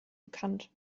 bekannt